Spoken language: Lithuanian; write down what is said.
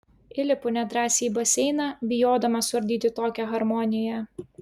įlipu nedrąsiai į baseiną bijodama suardyti tokią harmoniją